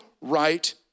right